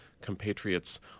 compatriots